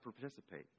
participate